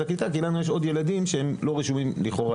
הקליטה כי לנו יש עוד ילדים שהם לכאורה לא רשומים אצלם.